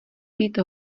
být